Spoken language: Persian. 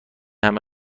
همه